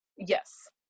Yes